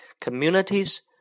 communities